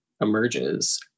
emerges